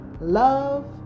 love